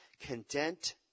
Content